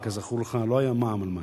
כזכור לך, לא היה בעבר מע"מ על מים.